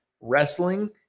wrestling